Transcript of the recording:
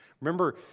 Remember